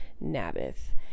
Naboth